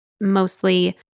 mostly